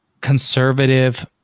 conservative